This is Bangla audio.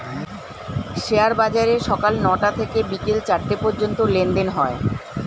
শেয়ার বাজারে সকাল নয়টা থেকে বিকেল চারটে পর্যন্ত লেনদেন হয়